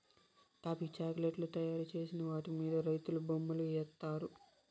coffee chocolate తయారు చేసిన వాటి మీద రైతులు బొమ్మలు ఏత్తారు